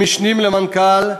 למשנים למנכ"ל,